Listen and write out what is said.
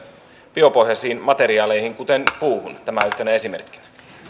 biopohjaisiin materiaaleihin kuten puuhun tämä yhtenä esimerkkinä